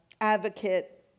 advocate